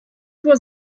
was